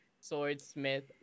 Swordsmith